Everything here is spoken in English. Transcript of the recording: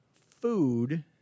food—